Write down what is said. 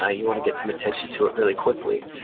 ah you want to get some attention to it really quickly.